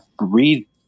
read